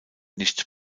nicht